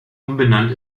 umbenannt